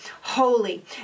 holy